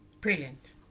Brilliant